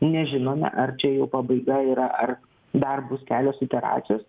nežinome ar čia jau pabaiga yra ar dar bus kelios iteracijos